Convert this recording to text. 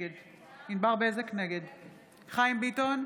נגד חיים ביטון,